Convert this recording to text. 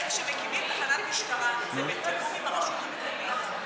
כשמקימים תחנת משטרה, זה בתיאום עם הרשות המקומית?